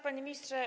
Panie Ministrze!